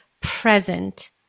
present